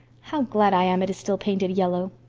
how glad i am it is still painted yellow.